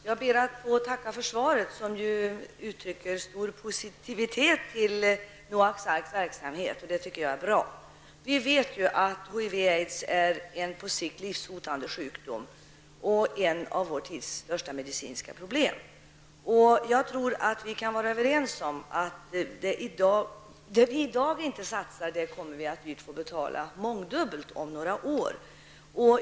Herr talman! Jag ber att få tacka för svaret, som uttrycker stor positivitet till Noaks arks verksamhet, vilket jag tycker är bra. Vi vet att HIV/aids är en på sikt livshotande sjukdom och ett av vår tids största medicinska problem. Jag tror att vi kan vara överens om att de underlåtelser som vi i dag gör när det gäller satsningar kommer vi om några år att få betala dyrt och mångdubbelt.